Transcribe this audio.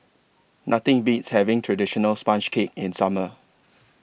Nothing Beats having Traditional Sponge Cake in Summer